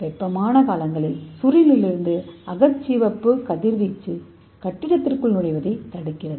வெப்பமான காலங்களில் சூரியனில் இருந்து அகச்சிவப்பு கதிர்வீச்சு கட்டிடத்திற்குள் நுழைவதைத் தடுக்கிறது